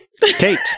Kate